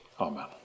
Amen